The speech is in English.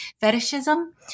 fetishism